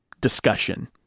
discussion